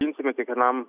imsime kiekvienam